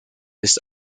list